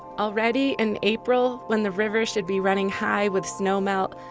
already in april when the river should be running high with snow melt,